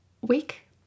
week